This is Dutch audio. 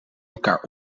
elkaar